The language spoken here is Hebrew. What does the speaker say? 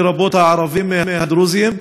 לרבות הערביים הדרוזיים,